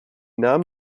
nahm